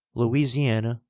louisiana,